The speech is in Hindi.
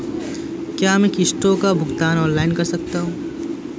क्या मैं किश्तों का भुगतान ऑनलाइन कर सकता हूँ?